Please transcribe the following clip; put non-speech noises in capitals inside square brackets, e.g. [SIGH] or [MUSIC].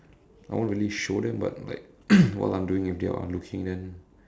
I won't really show them but like [COUGHS] while I'm doing if they are onlooking then